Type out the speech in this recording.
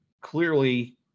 clearly